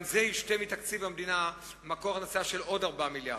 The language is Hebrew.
גם זה ישתה מתקציב המדינה מקור הכנסה של עוד 4 מיליארד.